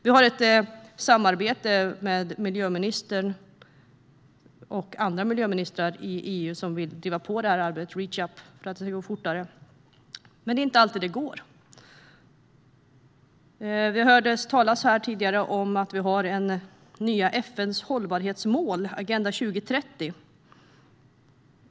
Vi har ett samarbete, Reach up, med miljöministern och andra miljöministrar i EU som vill driva på arbetet för att det ska gå fortare. Men det är inte alltid det går. Tidigare här hörde vi talas om FN:s nya hållbarhetsmål, Agenda 2030.